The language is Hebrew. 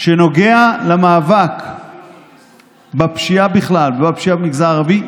שנוגע למאבק בפשיעה בכלל ובפשיעה במגזר הערבי,